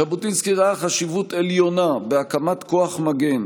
ז'בוטינסקי ראה חשיבות עליונה בהקמת כוח מגן